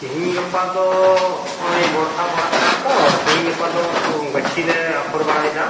ᱛᱮᱦᱮᱧ ᱜᱟᱯᱟ ᱫᱚ ᱱᱚᱜᱼᱚᱭ ᱵᱚᱨᱥᱟ ᱯᱟᱲᱟᱜ ᱠᱟᱱᱟᱛᱚ ᱛᱮᱦᱮᱧ ᱜᱟᱯᱟ ᱫᱚ ᱜᱟᱹᱪᱷᱤ ᱞᱮ ᱟᱯᱷᱚᱨ ᱵᱟᱲᱟᱭᱮᱫᱟ